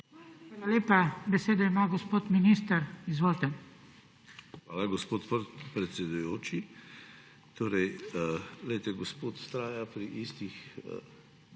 Hvala, gospod predsedujoči.